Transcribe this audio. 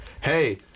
hey